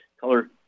color